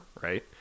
right